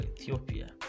Ethiopia